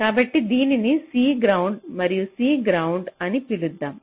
కాబట్టి దీనిని C ground మరియు C గ్రౌండ్ అని పిలుద్దాం